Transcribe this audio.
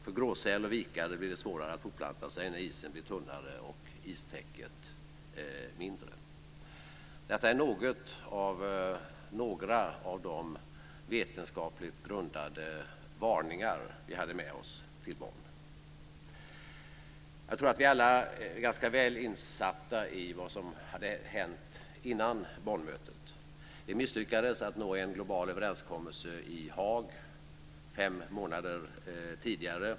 För gråsäl och vikare blir det svårare att fortplanta sig när isen blir tunnare och istäcket mindre. Detta är några av de vetenskapligt grundade varningar vi hade med oss till Bonn. Jag tror att vi alla är ganska väl insatta i vad som hade hänt före Bonnmötet. Vi misslyckades att nå en global överenskommelse i Haag fem månader tidigare.